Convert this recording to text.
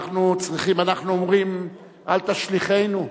אנחנו אומרים "אל תשליכנו",